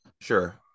Sure